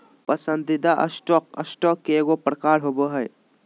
पसंदीदा stock, stock के एगो प्रकार होबो हइ